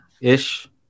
ish